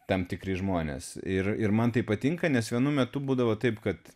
tam tikri žmonės ir ir man tai patinka nes vienu metu būdavo taip kad